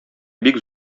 бик